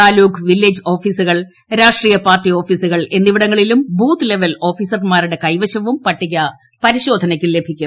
taluk village ഓഫീസുകൾ രാഷ്ട്രീയ party ഓഫീസുകൾ എന്നിവിടങ്ങളിലും ബൂത്ത് ലെവൽ ഓഫീസർമാരുടെ കൈവശവും പട്ടിക പരിശോധനക്ക് ലഭിക്കും